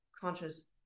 conscious